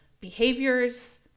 behaviors